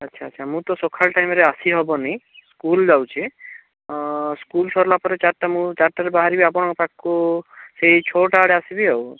ଆଚ୍ଛା ଆଚ୍ଛା ମୁଁ ତ ସକାଳ ଟାଇମ୍ରେ ଆସିହେବନି ସ୍କୁଲ ଯାଉଛି ସ୍କୁଲ ସରିଲା ପରେ ଚାରିଟା ମୁଁ ଚାରିଟାରେ ବାହାରିବି ଆପଣଙ୍କ ପାଖକୁ ସେଇ ଛଅଟା ଆଡ଼େ ଆସିବି ଆଉ